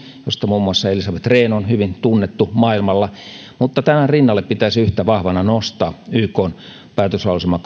josta muun muassa elisabeth rehn on hyvin tunnettu maailmalla mutta tämän rinnalle pitäisi yhtä vahvana nostaa ykn päätöslauselma